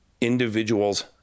individuals